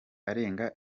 arenga